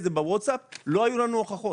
את זה בווטסאפ לא היו לנו הוכחות.